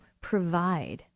provide